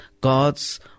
God's